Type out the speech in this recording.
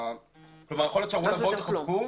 יכול להיות שאמרו להם לחזק,